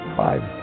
five